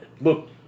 Look